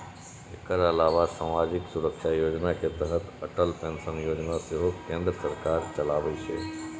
एकर अलावा सामाजिक सुरक्षा योजना के तहत अटल पेंशन योजना सेहो केंद्र सरकार चलाबै छै